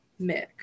Mick